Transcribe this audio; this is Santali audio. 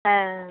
ᱦᱮᱸ